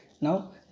Now